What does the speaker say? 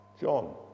John